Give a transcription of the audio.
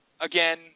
again